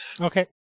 Okay